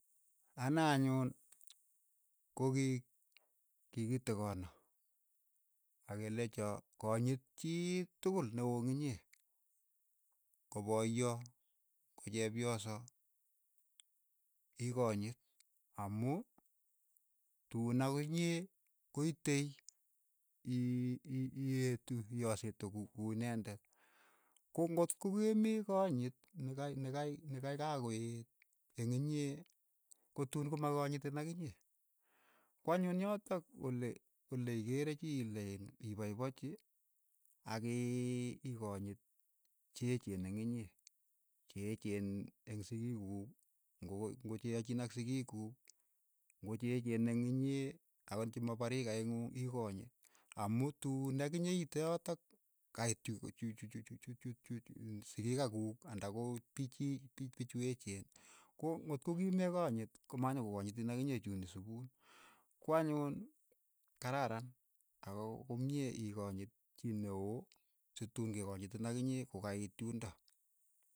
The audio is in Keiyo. Ane anyun ko ki kikitikono ak ke lecho konyit chii tukul ne oo eng' inye, ko paiyoo, ko chepyoso, ikonyit amu tun akinye koite i- i eetu, iosit kuu inendet, ko ngot ke mii konyit ne kai ni kai ni kai kakoeet eng'inye kotun ko makanyitin akinye, ko anyun yotok ole- ole ikeere chii ilee iin ipaipachi ak ii- ikanyit che echeen eng' inye, che cheen eng' sikiik kuuk, ngo- ngo che aechin ak sikiik kuuk, ngo che echeen eng' inye akot che mo po rikait ng'uung ikonyit, amu tuun akinye iite yotok kait chu- chu- chu- chu sikiik ka kuuk anda pichi p- ch- pichu echeen ko ng'otko ki mekanyit ko manyokokanyitiin akinye chuun isupuun, kwanyun kararan ak komie ikonyit chii neo situn kekonyit akinye ko ka iit yundo.